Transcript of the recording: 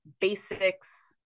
basics